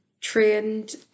trained